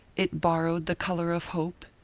it borrowed the color of hope,